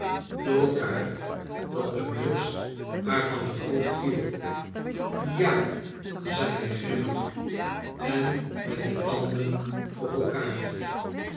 door elkaar dat de muts haar van het hoofd viel ja zei hij grimmig en met de tanden op elkaar